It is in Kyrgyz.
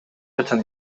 качан